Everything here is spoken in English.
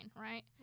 right